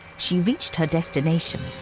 she reached her destination,